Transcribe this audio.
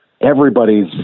everybody's